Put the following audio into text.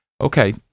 Okay